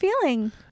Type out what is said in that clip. feeling